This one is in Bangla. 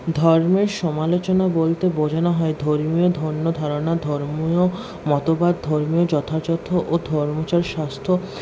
ধর্মের সমলোচনা বলতে বোঝানো হয় ধর্মীয় ধন্য ধারণা ধর্মীয় মতবাদ ধর্মীয় যথাযথ ও ধর্মাচার শাস্ত্র